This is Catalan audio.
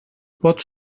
pot